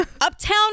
uptown